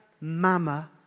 Mama